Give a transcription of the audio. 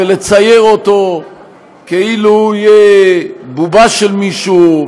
לצייר אותו כאילו הוא יהיה בובה של מישהו,